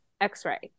x-ray